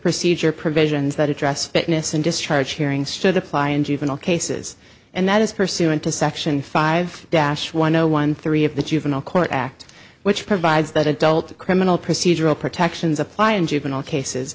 procedure provisions that address fitness and discharge hearings should apply in juvenile cases and that is pursuant to section five dash one zero one three of the juvenile court act which provides that adult criminal procedural protections apply in juvenile cases